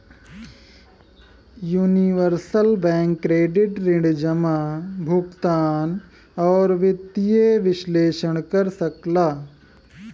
universal bank credit ऋण जमा, भुगतान, आउर वित्तीय विश्लेषण कर सकला